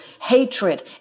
hatred